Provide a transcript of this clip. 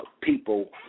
people